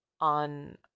on